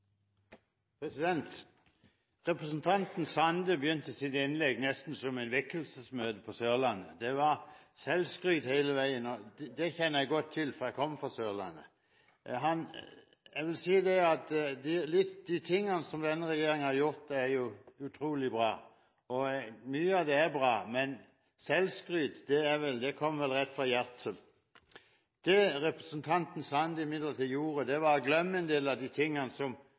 friluftsløft. Representanten Sande begynte sitt innlegg nesten som et vekkelsesmøte på Sørlandet – det var selvskryt hele veien – og det kjenner jeg godt til, for jeg kommer fra Sørlandet. Han sier at de tingene som denne regjeringen har gjort, er utrolig bra. Mye av det er bra, men selvskryt kommer rett fra hjertet. Det representanten Sande imidlertid gjorde, var å glemme en del av de tingene